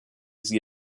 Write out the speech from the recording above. sie